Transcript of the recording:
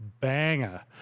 banger